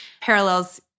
parallels